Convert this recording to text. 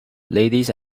ladies